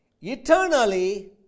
eternally